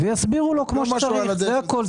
יסבירו לו כמו שצריך, וזה הכול.